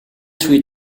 three